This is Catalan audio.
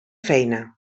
feina